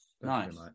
Nice